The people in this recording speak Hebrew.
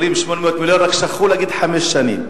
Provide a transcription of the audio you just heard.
אומרים 800 מיליון, רק שכחו להגיד "חמש שנים".